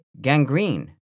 gangrene